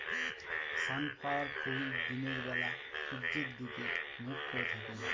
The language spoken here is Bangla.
সানফ্ল্যাওয়ার ফুল দিনের বেলা সূর্যের দিকে মুখ করে থাকে